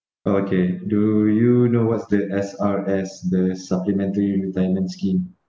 okay do you know what's the S_R_S the supplementary retirement scheme